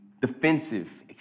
defensive